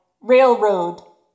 Railroad